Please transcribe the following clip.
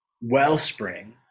wellspring